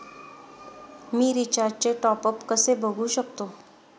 मी रिचार्जचे टॉपअप कसे बघू शकतो?